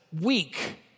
weak